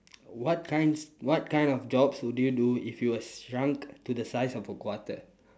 what kinds what kind of jobs would you do if you were shrunk to the size of a quarter